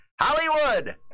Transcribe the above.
Hollywood